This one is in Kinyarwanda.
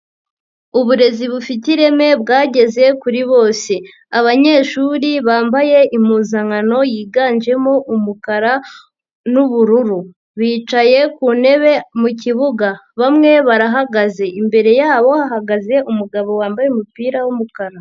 Uburezi bufite ireme bwageze kuri bose abanyeshuri bambaye impuzankano yiganjemo umukara n'ubururu bicaye ku ntebe mu kibuga bamwe barahagaze imbere yabo bahagaze umugabo wambaye umupira w'umukara.